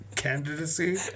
candidacy